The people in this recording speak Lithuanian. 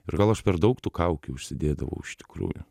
ir gal aš per daug tų kaukių užsidėdavau iš tikrųjų